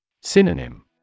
Synonym